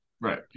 Right